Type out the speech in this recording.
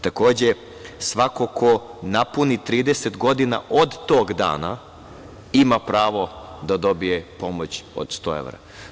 Takođe, svako ko napuni 30 godina od tog dana ima pravo da dobije pomoć od 100 evra.